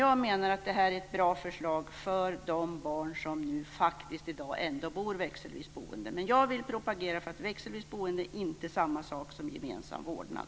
Jag menar att det här är ett bra förslag för de barn som nu faktiskt i dag ändå bor i växelvis boende. Jag vill alltså propagera för att växelvis boende inte är samma sak som gemensam vårdnad.